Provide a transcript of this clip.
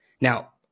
Now